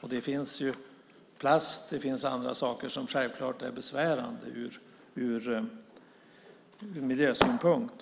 Men det finns också plast och andra saker som självklart är besvärande ur miljösynpunkt.